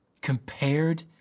compared